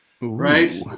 Right